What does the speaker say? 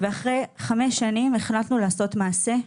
ואחרי חמש שנים החלטנו לעשות מעשה.